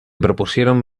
propusieron